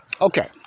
Okay